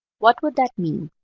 what would that mean?